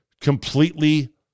completely